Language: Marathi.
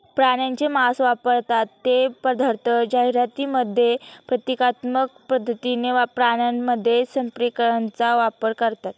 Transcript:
प्राण्यांचे मांस वापरतात ते पदार्थ जाहिरातींमध्ये प्रतिकात्मक पद्धतीने प्राण्यांमध्ये संप्रेरकांचा वापर करतात